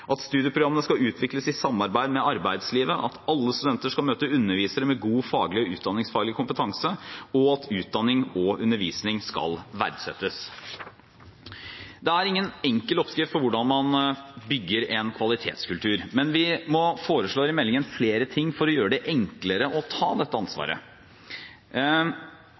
at studieprogrammene skal utvikles i samarbeid med arbeidslivet at alle studenter skal møte undervisere med god faglig og utdanningsfaglig kompetanse at utdanning og undervisning skal verdsettes Det er ingen enkel oppskrift for hvordan man bygger en kvalitetskultur, men vi foreslår i meldingen flere ting for å gjøre det enklere å ta dette ansvaret.